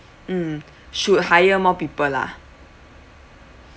mm should hire more people lah